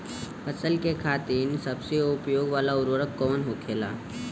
फसल के खातिन सबसे उपयोग वाला उर्वरक कवन होखेला?